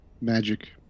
Magic